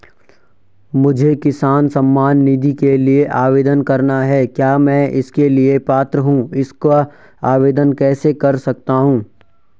मुझे किसान सम्मान निधि के लिए आवेदन करना है क्या मैं इसके लिए पात्र हूँ इसका आवेदन कैसे कर सकता हूँ?